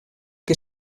que